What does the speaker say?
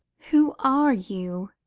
who are you?